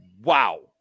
Wow